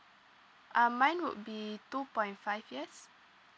um mine would be two point five years